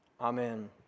Amen